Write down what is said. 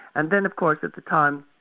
and then of course at the time,